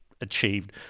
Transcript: achieved